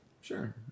Sure